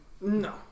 No